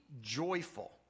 Joyful